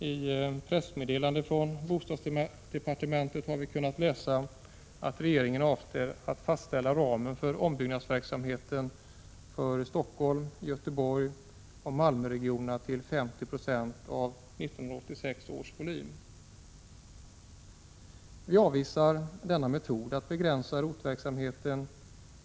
I pressmeddelande från bostadsdepartementet har vi kunnat läsa att regeringen avser att fastställa ramen för ombyggnadsverksamhet för Stockholms-, Göteborgsoch Malmöregionerna till 50 90 av 1986 års volym. Vi avvisar denna metod att begränsa ROT-verksamheten.